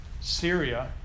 Syria